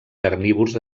carnívors